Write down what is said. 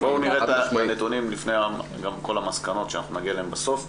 בואו נראה את הנתונים לפני כל המסקנות שאנחנו נגיע אליהן בסוף.